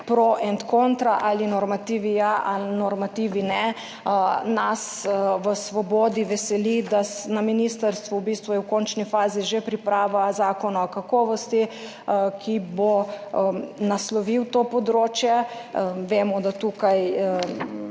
pro et contra, ali normativi ja ali normativi ne. Nas v Svobodi veseli, da je na ministrstvu v bistvu v končni fazi že priprava zakona o kakovosti, ki bo naslovil to področje. Vemo, da je tukaj